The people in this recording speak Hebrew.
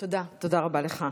תודה רבה לך.